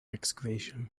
excavation